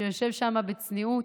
שיושב שם בצניעות,